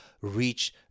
reach